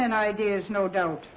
men ideas no doubt